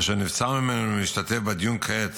אשר נבצר ממנו מלהשתתף בדיון כעת